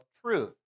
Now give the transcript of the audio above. truth